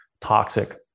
toxic